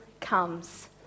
Comes